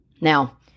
Now